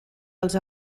els